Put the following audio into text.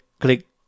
click